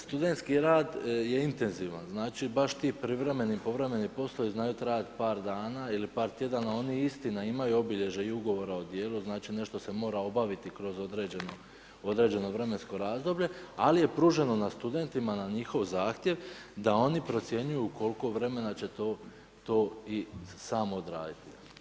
Studentski rad je intenzivan, znači baš ti privremeni, povremeni poslovi znaju trajati par dana ili par tjedana, oni istina, imaju obilježja i ugovora o djelu, znači nešto se mora obaviti kroz određene vremensko razdoblje ali je pruženo na studentima na njihov zahtjev, da oni procjenjuju koliko vremena će to i sami odraditi.